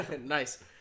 Nice